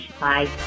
Bye